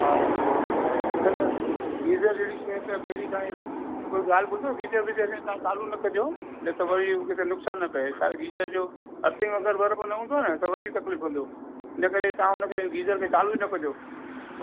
हा त न गीज़र जहिड़ी शइ त पहिरीं खां ई हिकिड़ो ॻाल्हि ॿुधो गीज़र ॿीज़र हींअर तव्हां चालू न कजो न त वरी किथे नुक़सान न पए छा आहे गीज़र जो अर्थिंग अगरि बराबरि न हूंदो न त वधीक तक़लीफ कंदो इनकरे तव्हां उन खे गीज़र खे चालू ई न कजो